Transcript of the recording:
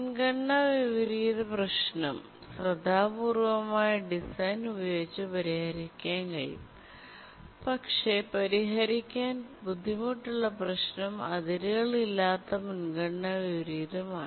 മുൻഗണനാ വിപരീത പ്രശ്നം ശ്രദ്ധാപൂർവ്വമായ ഡിസൈൻ ഉപയോഗിച്ച് പരിഹരിക്കാൻ കഴിയും പക്ഷേ പരിഹരിക്കാൻ ബുദ്ധിമുട്ടുള്ള പ്രശ്നം അതിരുകളില്ലാത്ത മുൻഗണന വിപരീതമാണ്